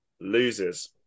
loses